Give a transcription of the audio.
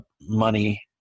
Money